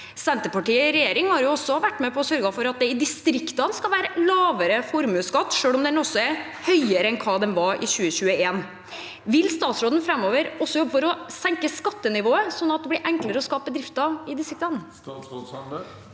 Senterpartiet i regjering har jo vært med på å sørge for at det skal være lavere formuesskatt i distriktene, selv om den er høyere enn hva den var i 2021. Vil statsråden framover jobbe for å senke skattenivået, sånn at det blir enklere å skape bedrifter i distriktene?